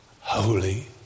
holy